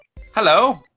Hello